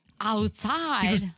outside